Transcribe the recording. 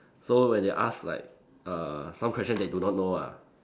so when they ask like err some question they do not know ah